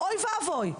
אוי ואבוי.